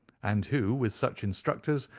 and who, with such instructors,